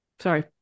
sorry